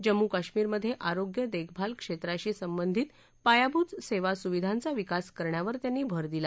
जम्मू कश्मीरमधे आरोग्य देखभाल क्षेत्राशी संबंधित पायाभूत सेवासुविधांचा विकास करण्यावर त्यांनी भर दिला